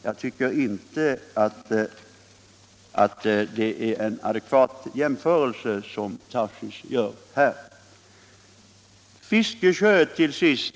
Jag tycker inte att det är en adekvat jämförelse som herr Tarschys gör här. Till sist till herr Fiskesjö.